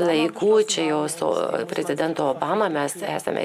laikų čia jau su prezidentu obama mes esame